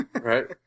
Right